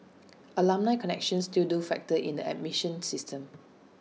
alumni connections still do factor in the admission system